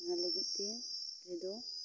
ᱚᱱᱟ ᱞᱟᱹᱜᱤᱫᱛᱮ ᱟᱞᱮᱫᱚ